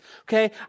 Okay